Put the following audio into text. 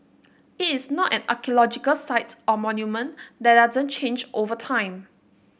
it is not an archaeological site or monument that doesn't change over time